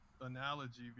analogy